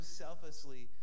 selflessly